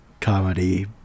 comedy